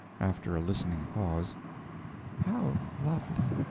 after a listening pause how lovely!